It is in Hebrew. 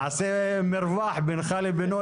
נעשה מרווח בינך לבינו,